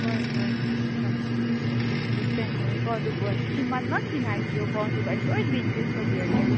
ꯍꯣꯏ ꯍꯣꯏ ꯍꯣꯏ ꯑꯟꯗꯁꯇꯦꯟ ꯇꯧꯋꯦꯀꯣ ꯑꯗꯨꯕꯨ ꯁꯤ ꯃꯟ ꯃꯛꯇꯤ ꯉꯥꯏꯕꯤꯌꯣꯀꯣ ꯑꯗꯨꯒ ꯑꯩ ꯁꯣꯏꯗꯕꯤ ꯏꯟꯀ꯭ꯔꯤꯖ ꯇꯧꯕꯤꯔꯛꯀꯦ